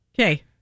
Okay